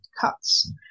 cuts